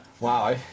Wow